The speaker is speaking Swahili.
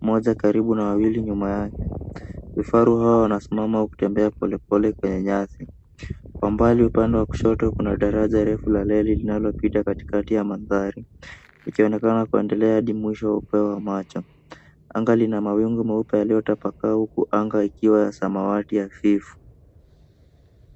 moja karibu na wawili nyuma yake. Vifaru hawa wanasimama au kutembea polepole kwenye nyasi. Kwa mbali upande wa kushoto kuna daraja refu la reli linalopita katikati ya mandhari ikionekana kuendelea hadi mwisho wa upeo wa macho. Anga lina mawingu meupe yaliyotapaka huku anga ikiwa ya samawati hafifu.